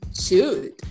Shoot